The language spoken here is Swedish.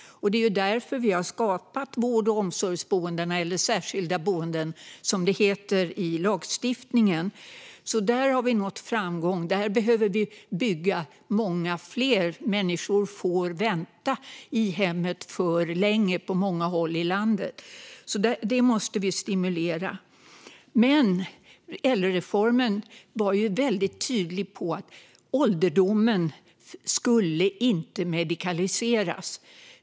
Det är därför vård och omsorgsboenden har skapats - särskilda boenden, som det heter i lagstiftningen. Där har vi nått framgång, och många fler boenden måste byggas. Människor får på många håll i landet vänta för länge i hemmet, och vi måste stimulera byggandet. Ädelreformen var tydlig med att ålderdomen inte skulle medikaliseras.